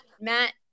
Matt